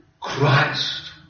Christ